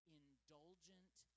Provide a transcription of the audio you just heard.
indulgent